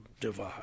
divide